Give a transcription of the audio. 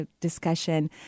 discussion